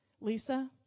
Lisa